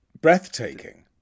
Breathtaking